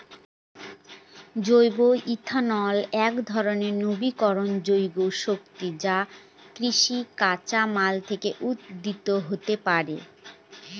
জৈব ইথানল একধরনের নবীকরনযোগ্য শক্তি যা কৃষিজ কাঁচামাল থেকে উৎপাদিত হতে পারে